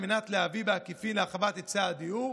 על מנת להביא בעקיפין להרחבת היצע הדיור.